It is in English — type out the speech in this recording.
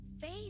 Faith